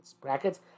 Brackets